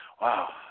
wow